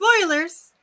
spoilers